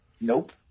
Nope